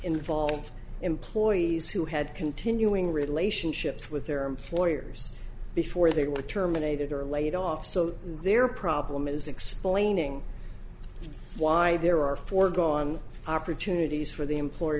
involve employees who had continuing relationships with their employers before they were terminated or laid off so their problem is explaining why there are foregone opportunities for the employe